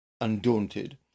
Undaunted